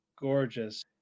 gorgeous